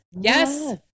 Yes